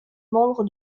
membre